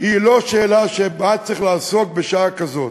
היא לא שאלה שצריך לעסוק בה בשעה כזאת.